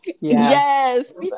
yes